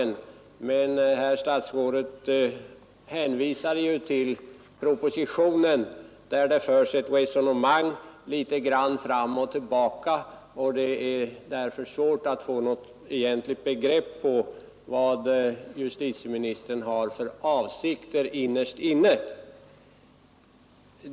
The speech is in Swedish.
Men herr statsrådet hänvisar till propositionen, där det förs ett resonemang litet grand fram och tillbaka, och det är därför svårt att få något egentligt begrepp om vad justitieministern har för avsikter innerst inne.